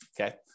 Okay